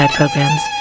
programs